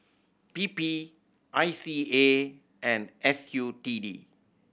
P P I C A and S U T D